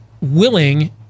willing